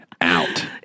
out